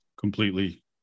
completely